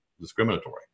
discriminatory